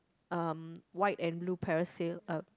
um white and blue parasail uh